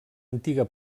antiga